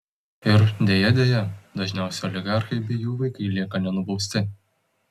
ir deja deja dažniausiai oligarchai bei jų vaikai lieka nenubausti